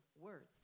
words